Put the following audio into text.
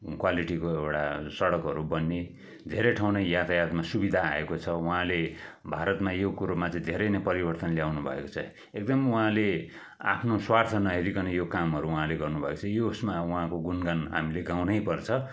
क्वालिटीको एउटा सडकहरू बनिए धेरै ठाउँ नै यातायातमा सुविदा आएको छ उहाँले भारतमा यो कुरोमा चाही धेरै नै परिवर्तन ल्याउनुभएको छ एकदम उहाँले आफ्नो स्वार्थ नहेरीकन यो कामहरू उहाँले गर्नुभएको छ यो उसमा उहाँको गुण गान हामीले गाउनै पर्छ